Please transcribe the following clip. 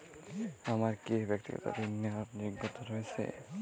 আমার কী ব্যাক্তিগত ঋণ নেওয়ার যোগ্যতা রয়েছে?